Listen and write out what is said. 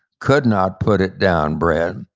could not put it down, brett.